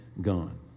gone